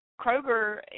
Kroger